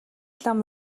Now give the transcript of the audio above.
лам